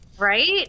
Right